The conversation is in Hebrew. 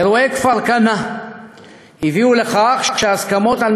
אירועי כפר-כנא הביאו לכך שההסכמות על